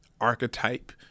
archetype